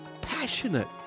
passionate